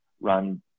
run